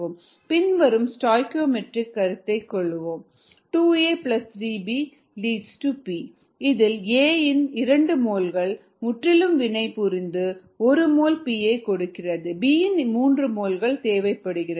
பின்வரும் ஸ்டாய்கியோமெட்ரியைக் கருத்தில் கொள்வோம் 2A3B→P இதில் A இன் 2 மோல்கள் முற்றிலும் வினைபுரிந்து 1 மோல் P ஐ கொடுக்க B இன் 3 மோல்கள் தேவைப்படுகிறது